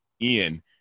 ian